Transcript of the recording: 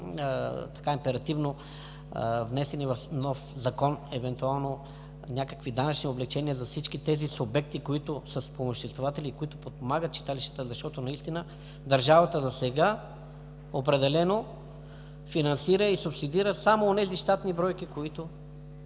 бъдат императивно внесени в нов закон, евентуално някакви данъчни облекчения за всички тези субекти, които са спомоществователи и които подпомагат читалищата, защото наистина държавата засега определено финансира и субсидира само онези щатни бройки, които